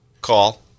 call